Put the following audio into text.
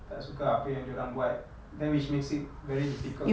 tak suka apa yang dia orang buat then which makes it very difficult